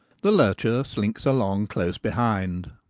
the lurcher slinks along close behind,